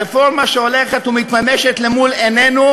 הרפורמה שהולכת ומתממשת למול עינינו